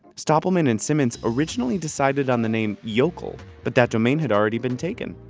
stoppelman and simmons originally decided on the name yokel, but that domain had already been taken.